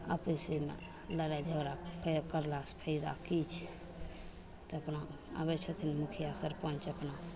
आपसेमे लड़ाइ झगड़ा करलासे फायदा कि छै तऽ अपना आबै छथिन मुखिआ सरपञ्च अपना